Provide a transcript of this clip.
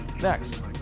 next